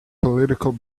political